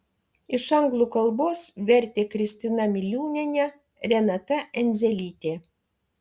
iš anglų kalbos vertė kristina miliūnienė renata endzelytė